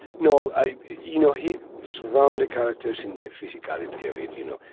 no. i you know, he surrounds characters in the physicality of it. you know,